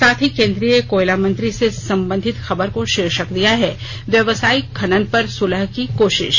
साथ ही केंद्रीय कोयला मंत्री से संबंधित खबर को शीर्षक दिया है व्यावसायिक खनन पर सुलह की कोशिश